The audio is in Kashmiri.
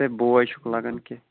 ژٕے بوے چھُکھ لَگان کیٚنٛہہ